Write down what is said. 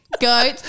Goat